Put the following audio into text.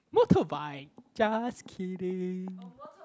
motorbike just kidding